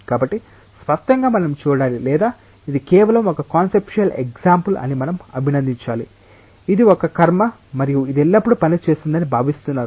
కాబట్టి స్పష్టంగా మనం చూడాలి లేదా ఇది కేవలం ఒక కాన్సెప్టుయల్ ఎగ్సాంపుల్ అని మనం అభినందించాలి ఇది ఒక కర్మ మరియు ఇది ఎల్లప్పుడూ పని చేస్తుందని భావిస్తున్నారు